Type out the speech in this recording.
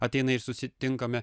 ateina ir susitinkame